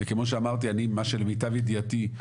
וכמו שאמרתי למיטב ידעתי,